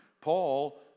Paul